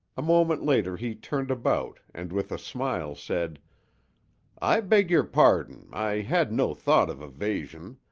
a moment later he turned about and with a smile said i beg your pardon i had no thought of evasion.